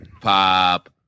pop